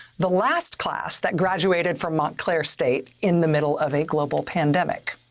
the last class that graduated from montclair state in the middle of a global pandemic.